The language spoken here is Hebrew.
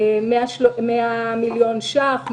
100 מיליון ש"ח,